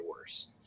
worse